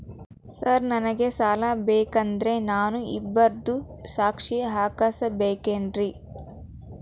Sir ನನಗೆ ಸಾಲ ಬೇಕಂದ್ರೆ ನಾನು ಇಬ್ಬರದು ಸಾಕ್ಷಿ ಹಾಕಸಬೇಕೇನ್ರಿ?